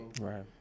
Right